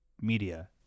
media